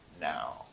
now